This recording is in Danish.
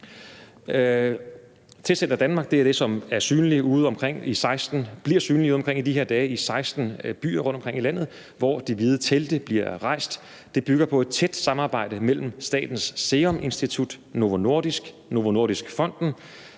Testcenter Danmark bliver synlig udeomkring i de her dage, i 16 byer rundtomkring i landet, hvor de hvide telte bliver rejst. Det bygger på et tæt samarbejde mellem Statens Serum Institut, Novo Nordisk og